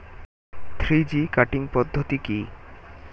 Three G cutting পদ্ধতি কি?